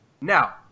Now